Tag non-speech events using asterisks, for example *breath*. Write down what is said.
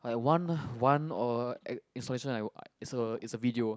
like one *breath* one or act~ installation I it's a it's a video